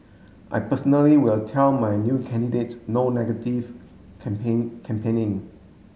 I personally will tell my new candidates no negative campaign campaigning